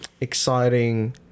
exciting